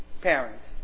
parents